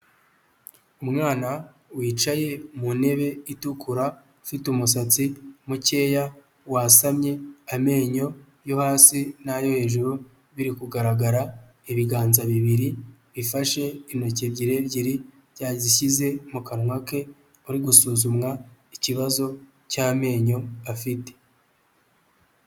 Umwana wicaye mu ntebe itukura ufite umusatsi mukeya wasamye, amenyo yo hasi n'ayo hejuru biri kugaragara. Ibiganza bibiri ifashe intoki ebyiri ebyiri yazishyize mu kanwa ke uri gusuzumwa ikibazo cy'amenyo afite.